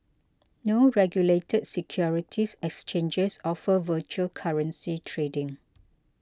no regulated securities exchanges offer virtual currency trading